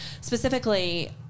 specifically